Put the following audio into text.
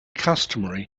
customary